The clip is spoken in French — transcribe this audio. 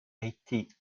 été